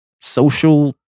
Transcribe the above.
social